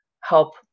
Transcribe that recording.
help